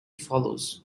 follows